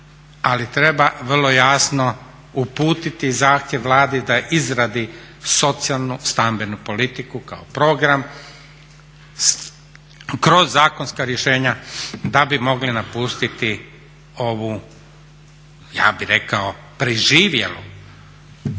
ali treba vrlo jasno uputiti zahtjev Vladi da izradi socijalnu stambenu politiku kao program kroz zakonska rješenja da bi mogli napustiti ja bih rekao preživjelu